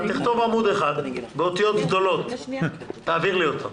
תכתוב עמוד אחד באותיות גדולות ותעביר לי אותו.